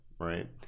right